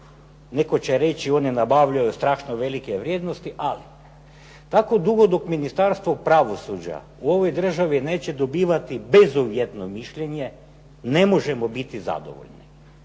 Netko će reći oni nabavljaj strašno velike vrijednosti, ali tako dugo dok Ministarstvo pravosuđa u ovoj državi neće dobivati bezuvjetno mišljenje, ne možemo biti zadovoljni.